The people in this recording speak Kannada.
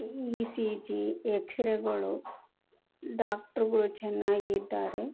ಈ ಸಿ ಜಿ ಎಕ್ಸ್ರೇಗಳು ಡಾಕ್ಟ್ರುಗಳು ಚೆನ್ನಾಗಿ ಇದ್ದಾರೆ